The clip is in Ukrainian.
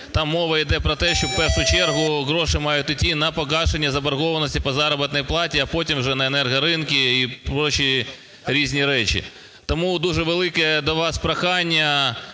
Там мова йде про те, що в першу чергу гроші мають іти на погашення заборгованості по заробітній платі, а потім вже на енергоринки і різні речі. Тому дуже велике до вас прохання,